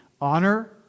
honor